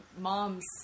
mom's